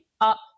up